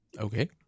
Okay